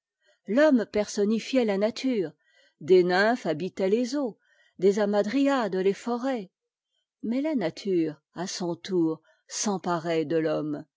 l'homme personnifiait la nature des nymphes habitaient les eaux des hamadryades iesforêts mais la nature à son tour s'emparait de t'homme